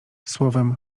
słowem